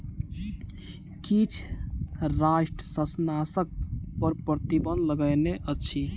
किछ राष्ट्र शाकनाशक पर प्रतिबन्ध लगौने अछि